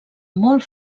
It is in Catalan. molt